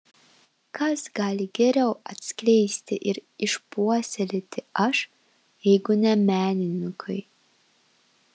kas gali geriau atskleisti ir išpuoselėti aš jeigu ne menininkai